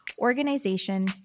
organization